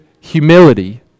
humility